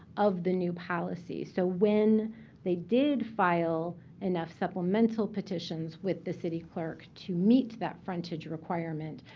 of the new policy. so when they did file enough supplemental petitions with the city clerk to meet that frontage requirement,